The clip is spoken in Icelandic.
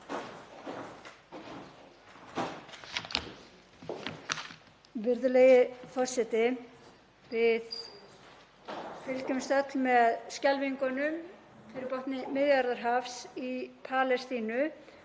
Við fylgjumst öll með skelfingunum fyrir botni Miðjarðarhafs í Palestínu